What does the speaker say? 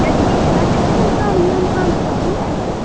یِم ہَمسایی اَتہِ